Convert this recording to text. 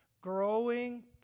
Growing